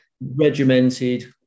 regimented